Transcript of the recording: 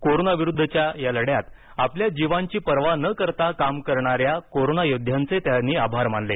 corona विरुद्धच्या या लढ्यात आपल्या जीवांची पर्वा न करता काम करणाऱ्या कोरोना योदध्यांचे त्यांनी आभार मानले